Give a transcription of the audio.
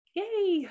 yay